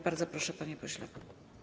Bardzo proszę, panie pośle.